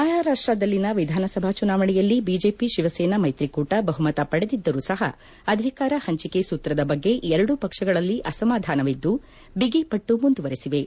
ಮಹಾರಾಷ್ಪದಲ್ಲಿ ವಿಧಾನಸಭಾ ಚುನಾವಣೆಯಲ್ಲಿ ಬಿಜೆಪಿ ಶಿವಸೇನಾ ಮ್ಲೆತ್ರಿಕೂಟ ಬಹುಮತ ಪಡೆದಿದ್ದರೂ ಸಹ ಅಧಿಕಾರ ಹಂಚಿಕೆ ಸೂತ್ರದ ಬಗ್ಗೆ ಎರಡೂ ಪಕ್ಷಗಳಲ್ಲಿ ಅಸಮಾಧಾನವಿದ್ದು ಬಿಗಿಪಟ್ಟು ಮುಂದುವರೆಸಿವೆ